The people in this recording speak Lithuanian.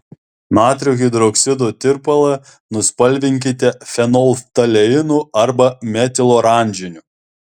natrio hidroksido tirpalą nuspalvinkite fenolftaleinu arba metiloranžiniu